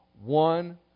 one